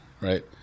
Right